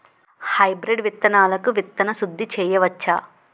Hybrid విత్తనాలకు విత్తన శుద్ది చేయవచ్చ?